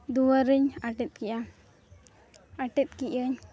ᱫᱩᱣᱟᱹᱨᱤᱧ ᱟᱴᱮᱫ ᱠᱮᱫᱼᱟ ᱟᱴᱮᱫ ᱠᱮᱫᱟᱹᱧ